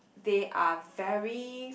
they are very